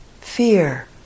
fear